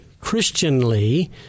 Christianly